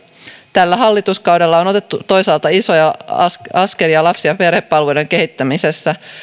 tällä hallituskaudella on otettu toisaalta isoja askelia askelia lapsi ja perhepalveluiden kehittämisessä